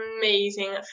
amazing